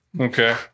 Okay